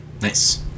nice